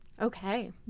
Okay